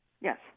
Yes